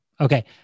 okay